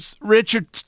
Richard